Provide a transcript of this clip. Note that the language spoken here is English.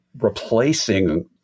replacing